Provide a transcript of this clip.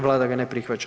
Vlada ga ne prihvaća.